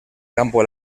campo